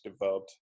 developed